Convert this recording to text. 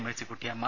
Mercykuttyamma